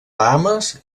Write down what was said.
bahames